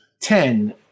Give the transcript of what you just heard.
ten